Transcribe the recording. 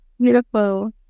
Beautiful